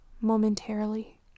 momentarily